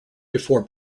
before